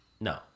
No